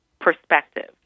perspective